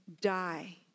die